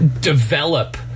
develop